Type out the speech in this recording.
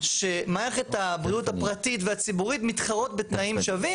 שמערכת הבריאות הפרטית והציבורית מתחרות בתנאים שווים,